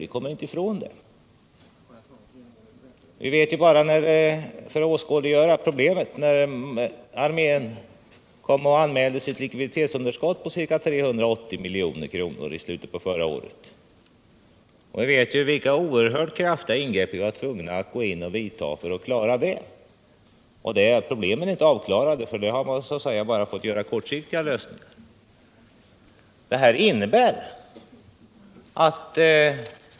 För att åskådliggöra problemet kan jag peka på de svårigheter som uppstod när armén i slutet på förra året anmälde sitt likviditetsunderskott på ca 380 milj.kr. och på de oerhört kraftiga ingrepp vi var tvungna att göra för att klara detta. Dessa svårigheter är inte heller avklarade. Vi har bara kunnat göra kortsiktiga lösningar.